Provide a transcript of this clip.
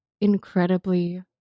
incredibly